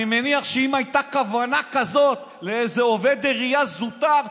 אני מניח שאם הייתה כוונה כזאת לאיזה עובד עירייה זוטר,